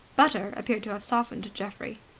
butter appeared to have softened geoffrey.